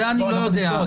אני לא יודע.